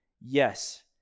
yes